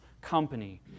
company